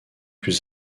plus